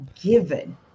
given